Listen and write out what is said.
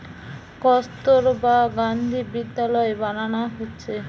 কস্তুরবা গান্ধী বিদ্যালয় বানানা হচ্ছে